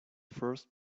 first